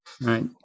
right